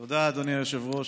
תודה, אדוני היושב-ראש.